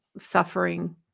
suffering